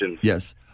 Yes